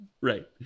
Right